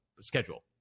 schedule